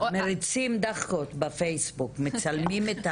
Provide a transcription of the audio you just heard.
מריצים דאחקות בפייסבוק, מצלמים את